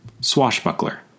Swashbuckler